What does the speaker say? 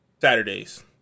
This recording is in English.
Saturdays